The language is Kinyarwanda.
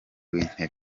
w’intebe